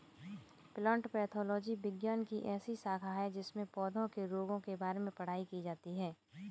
plant pathology विज्ञान की ऐसी शाखा है जिसमें पौधों के रोगों के बारे में पढ़ाई की जाती है